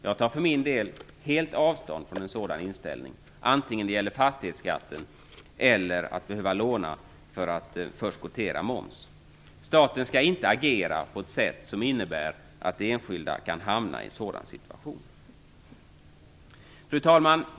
Jag tar för min del helt avstånd från en sådan inställning, oavsett om det gäller fastighetsskatt eller förskottering av moms. Staten skall inte agera på ett sätt som innebär att enskilda kan hamna i en sådan situation. Fru talman!